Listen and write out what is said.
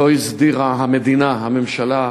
לא הסדירה המדינה, הממשלה,